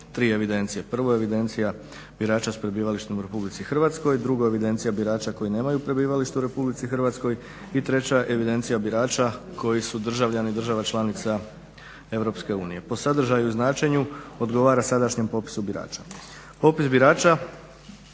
tri evidencije. Prvo evidencija birača s prebivalištem u RH, drugo evidencija birača koji nemaju prebivalište u RH i treća evidencija birača koji su državljani država članica EU. Po sadržaju i značenju odgovara sadašnjem popisu birača. Popis birača